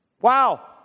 wow